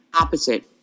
opposite